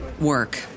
work